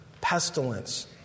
pestilence